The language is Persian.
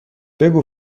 بگو